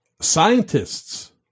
Scientists